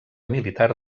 militar